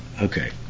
okay